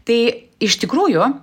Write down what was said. tai iš tikrųjų